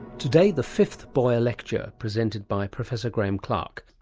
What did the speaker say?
today the fifth boyer lecture, presented by professor graeme clark.